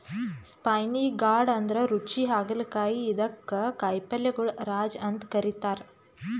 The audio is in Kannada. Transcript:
ಸ್ಪೈನಿ ಗಾರ್ಡ್ ಅಂದ್ರ ರುಚಿ ಹಾಗಲಕಾಯಿ ಇದಕ್ಕ್ ಕಾಯಿಪಲ್ಯಗೊಳ್ ರಾಜ ಅಂತ್ ಕರಿತಾರ್